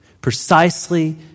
Precisely